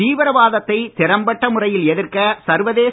தீவிரவாதத்தை திறம்பட்ட முறையில் எதிர்க்க சர்வதேச